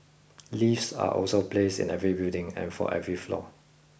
lifts are also place in every building and for every floor